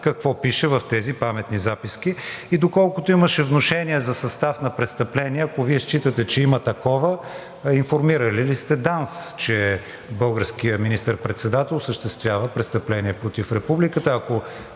какво пише в тези паметни записки. И доколкото имаше внушение за състав на престъпление, ако Вие считате, че има такова, информирали ли сте ДАНС, че българският министър-председател осъществява престъпление против Републиката?